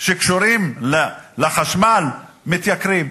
שקשורים לחשמל מתייקרים,